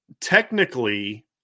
Technically